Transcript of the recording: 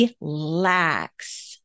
relax